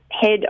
head